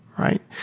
right?